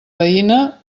veïna